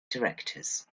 directors